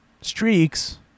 Streaks